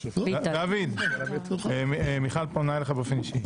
ביטן, היא פונה אליך באופן אישי.